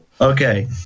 Okay